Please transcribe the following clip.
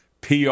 PR